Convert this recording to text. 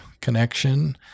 connection